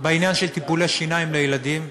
בעניין של טיפולי שיניים לילדים,